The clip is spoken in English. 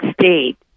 state